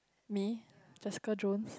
me Jessica-Jones